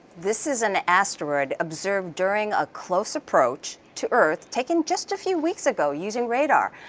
this is an asteroid observed during a close approach to earth, taken just a few weeks ago using radar.